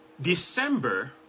December